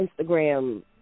Instagram